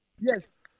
yes